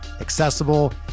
accessible